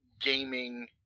gaming